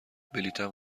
بلیطم